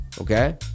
okay